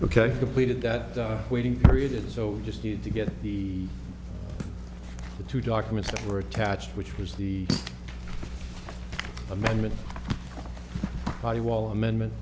ok completed that waiting period so just need to get the two documents that were attached which was the amendment the wall amendment